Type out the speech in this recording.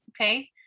Okay